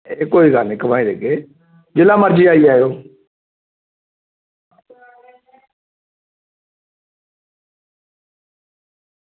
ते कोई गल्ल निं घटाई देगे जिन्ना मर्जी आई जाओ